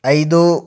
ಐದು